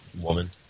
woman